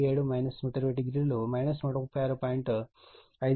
570 120o 136